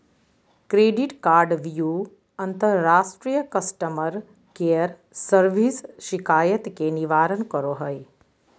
credit कार्डव्यू अंतर्राष्ट्रीय customer care service शिकायत के निवारण करो हइ